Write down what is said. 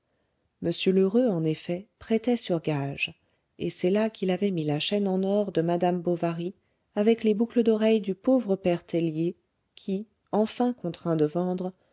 m lheureux en effet prêtait sur gages et c'est là qu'il avait mis la chaîne en or de madame bovary avec les boucles d'oreilles du pauvre père tellier qui enfin contraint de vendre